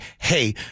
hey